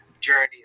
journey